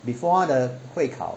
before 她的会考